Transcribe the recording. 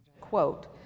Quote